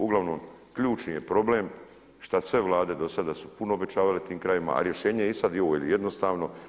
Uglavnom ključni je problem šta sve Vlade do sada su puno obećavale tim krajevima a rješenje je i sad ovo, jer je jednostavno.